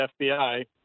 fbi